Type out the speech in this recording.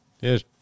Yes